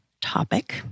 topic